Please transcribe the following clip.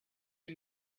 you